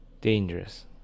dangerous